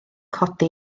codi